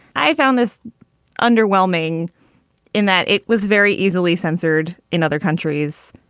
i found this underwhelming in that it was very easily censored in other countries.